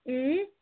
اۭں